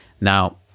Now